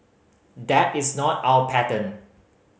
that is not our pattern